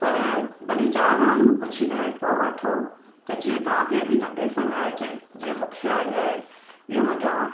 पर भली चारि माण्हू पुछी करे पोइ वठो त जीअं तव्हांखे बि तकलीफ़ु न अचे जीअं मूंखे आई आहे इहो मुंहिंजो